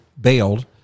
bailed